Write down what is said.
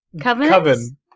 Coven